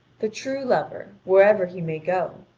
the true lover, wherever he may go,